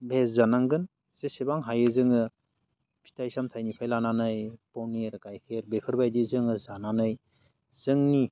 भेज जानांगोन जेसेबां हायो जोङो फिथाइ सामथायनिफाय लानानै पनिर गाइखेर बेफोरबायदि जोङो जानानै जोंनि